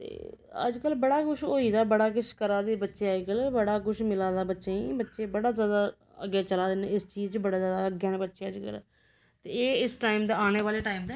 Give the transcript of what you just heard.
ते अज्जकल बड़ा कुछ होई गेदा बड़ा किश करा दे बच्चे अज्जकल बड़ा कुछ मिला दा बच्चें गी बच्चे बड़ा ज्यादा अग्गें चला दे न इस चीज च बड़े ज्यादा अग्गै न बच्चे अज्जकल ते एह् इस टाइम दा आने वाले टाइम